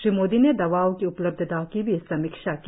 श्री मोदी ने दवाओं की उपलब्धता की भी समीक्षा की